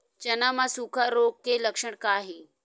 चना म सुखा रोग के लक्षण का हे?